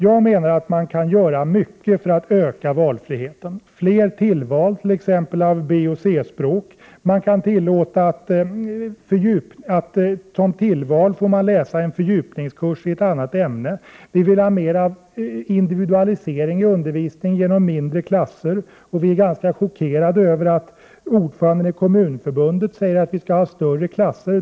Jag menar att man kan göra mycket för att öka valfriheten, t.ex. fler tillval av B och C-språk, man kan tillåta att som tillval får läsas en fördjupningskurs i ett annat ämne, vi vill ha mera av individualisering i undervisningen genom mindre klasser och vi är ganska chockerade över att ordföranden i Kommunförbundet säger att vi skall ha större klasser.